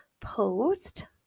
post